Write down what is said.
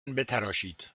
بتراشید